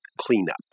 Cleanup